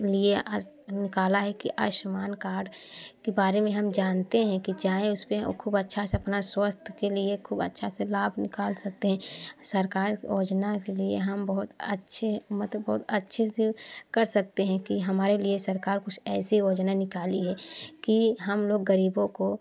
लिए निकाला है कि आयुष्मान कार्ड के बारे में हम जानते हैं कि चाहे उस पर और खूब अच्छा से अपना स्वास्थ्य के लिए खूब अच्छे से लाभ निकाल सकते सरकार योजना के लिए हम बहुत अच्छे मतलब बहुत अच्छे से कर सकते हैं कि हमारे लिए सरकार कुछ ऐसी योजना निकाली है कि हम लोग गरीबों को